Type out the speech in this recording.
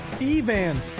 Evan